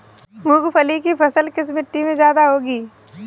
मूंगफली की फसल किस मिट्टी में ज्यादा होगी?